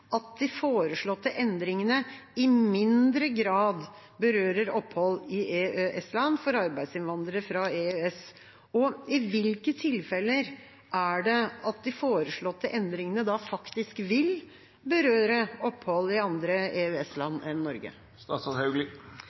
at de foreslåtte endringene i mindre grad berører opphold i EØS-land for arbeidsinnvandrere fra EØS. I hvilke tilfeller er det de foreslåtte endringene da faktisk vil berøre opphold i andre EØS-land enn Norge?